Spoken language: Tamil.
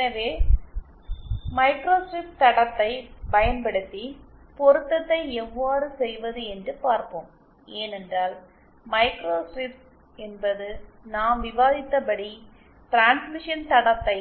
எனவே மைக்ரோஸ்ட்ரிப் தடத்தை பயன்படுத்தி பொருத்தத்தை எவ்வாறு செய்வது என்று பார்ப்போம் ஏனென்றால் மைக்ரோஸ்ட்ரிப்ஸ் என்பது நாம் விவாதித்தபடி டிரான்ஸ்மிஷன் தடத்தை